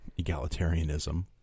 egalitarianism